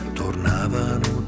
tornavano